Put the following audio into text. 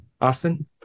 Austin